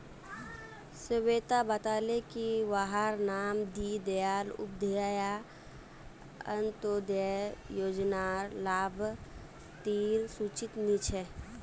स्वेता बताले की वहार नाम दीं दयाल उपाध्याय अन्तोदय योज्नार लाभार्तिर सूचित नी छे